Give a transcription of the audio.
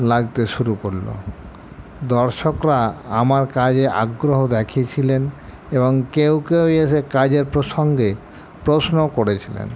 লাগতে শুরু করলো দর্শকরা আমার কাজে আগ্রহ দেখিয়েছিলেন এবং কেউ কেউ এসে কাজের প্রসঙ্গে প্রশ্নও করেছিলেন